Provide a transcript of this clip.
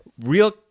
Real